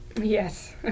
Yes